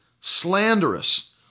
slanderous